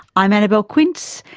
i'm annabelle quince,